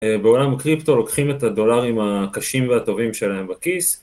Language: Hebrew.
בעולם הקריפטו לוקחים את הדולרים הקשים והטובים שלהם בכיס